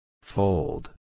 Fold